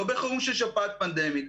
לא בחירום של שפעת פנדמית.